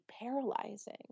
paralyzing